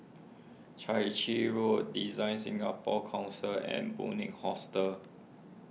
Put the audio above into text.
Chai Chee Road DesignSingapore Council and Bunc Hostel